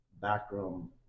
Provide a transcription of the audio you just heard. backroom